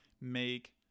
make